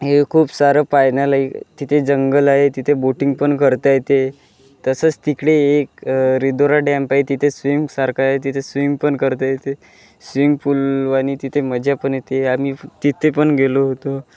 ए खूप सारं पाहण्यालायक आहे तिथे जंगल आहे तिथे बोटिंग पण करता येते तसंच तिकडे एक रिधोरा डॅम्प आहे तिथे स्विमसारखं आहे तिथे स्विम पण करता येते स्विम पूलवानी तिथे मजा पण येते आम्ही तिथे पण गेलो होतो